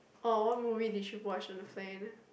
oh what movie did you watch on the plane